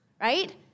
right